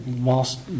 whilst